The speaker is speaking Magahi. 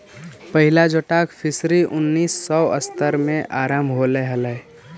पहिला जोटाक फिशरी उन्नीस सौ सत्तर में आरंभ होले हलइ